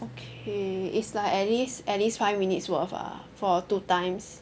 okay it's like at least at least five minutes worth ah for two times